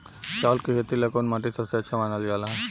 चावल के खेती ला कौन माटी सबसे अच्छा मानल जला?